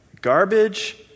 garbage